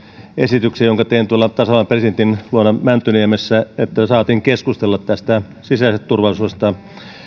esitykseen jonka tein tuolla tasavallan presidentin luona mäntyniemessä ja saatiin keskustella sisäisestä turvallisuudesta ja